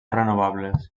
renovables